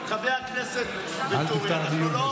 חבר הכנסת ואטורי, אנחנו לא אומרים,